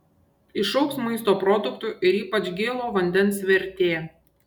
išaugs maisto produktų ir ypač gėlo vandens vertė